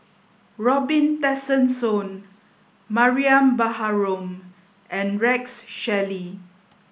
Robin Tessensohn Mariam Baharom and Rex Shelley